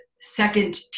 second